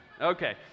Okay